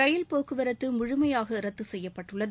ரயில்போக்குவரத்து முழுமையாக ரத்து செய்யப்பட்டுள்ளது